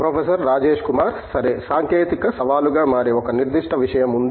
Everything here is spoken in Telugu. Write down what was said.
ప్రొఫెసర్ రాజేష్ కుమార్ సరే సాంకేతిక సవాలుగా మారే ఒక నిర్దిష్ట విషయం ఉంది